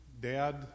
dad